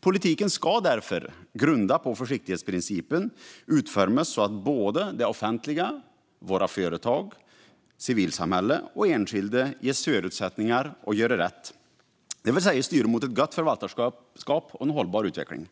Politiken ska därför, grundad på försiktighetsprincipen, utformas så att det offentliga, våra företag, civilsamhället och enskilda ges förutsättningar att göra rätt, det vill säga styra mot ett gott förvaltarskap och en hållbar utveckling.